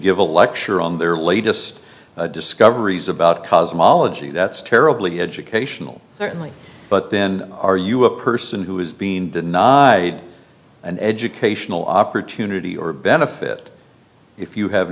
give a lecture on their latest discoveries about cosmology that's terribly educational certainly but then are you a person who has been denied an educational opportunity or benefit if you have